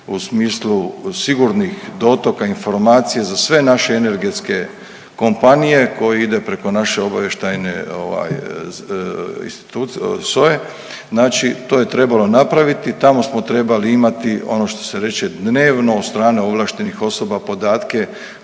u smislu sigurnih dotoka informacija za sve naše energetske kompanije koje idu preko naše obavještajne ovaj institucije, SOA-e. Znači to je trebalo napraviti, tamo smo trebali imati ono što se reče, dnevno od strane ovlaštenih osoba podatke